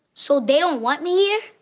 so, they don't want me here?